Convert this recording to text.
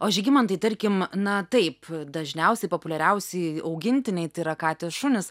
o žygimantai tarkim na taip dažniausiai populiariausi augintiniai tai yra katės šunys